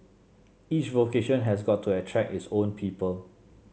each vocation has got to attract its own people